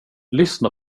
lyssna